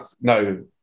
no